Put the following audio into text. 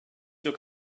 dug